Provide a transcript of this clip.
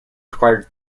required